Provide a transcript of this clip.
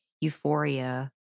euphoria